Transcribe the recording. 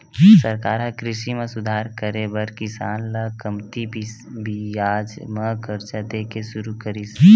सरकार ह कृषि म सुधार करे बर किसान ल कमती बियाज म करजा दे के सुरू करिस